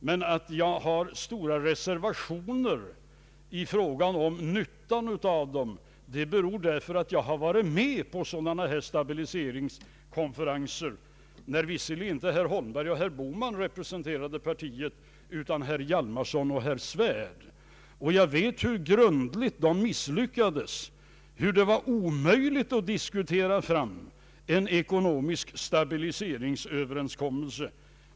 Men att jag hyser stora reservationer i fråga om nyttan av dem beror på att jag har varit med på sådana här stabiliseringskonferenser, då visserligen inte herr Holmberg och herr Bohman representerade partiet utan herr Hjalmarson och herr Svärd. Jag vet hur grundligt de misslyckades och hur omöjligt det var att diskutera fram en ekonomisk stabiliseringsöverenskommelse.